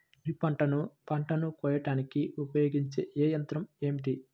వరిపంటను పంటను కోయడానికి ఉపయోగించే ఏ యంత్రం ఏమిటి?